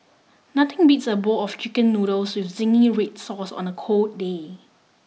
nothing beats a bowl of chicken noodles with zingy red sauce on a cold day